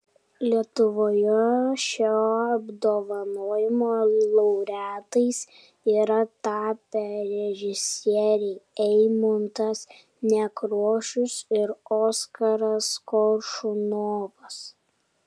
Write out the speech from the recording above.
lietuvoje šio apdovanojimo laureatais yra tapę režisieriai eimuntas nekrošius ir oskaras koršunovas